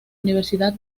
universidad